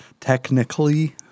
technically